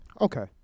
Okay